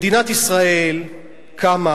מדינת ישראל קמה